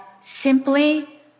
simply